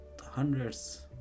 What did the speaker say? hundreds